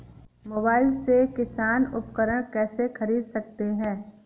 Mobile से किसान उपकरण कैसे ख़रीद सकते है?